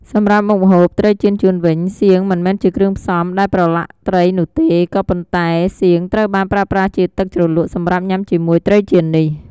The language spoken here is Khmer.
សម្រាប់មុខម្ហូប ត្រីចៀនចួនវិញ សៀងមិនមែនជាគ្រឿងផ្សំ ដែលប្រឡាក់ត្រីនោះទេ ក៏ប៉ុន្តែ សៀងត្រូវបានប្រើប្រាស់ជាទឹកជ្រលក់សម្រាប់ញ៉ាំជាមួយត្រីចៀននេះ។